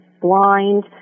blind